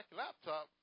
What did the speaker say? laptop